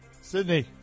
Sydney